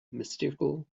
mystical